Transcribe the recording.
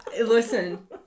Listen